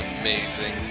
amazing